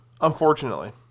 unfortunately